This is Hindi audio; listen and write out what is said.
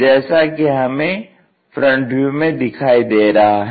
जैसा कि हमें FV में दिखाई दे रहा है